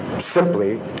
simply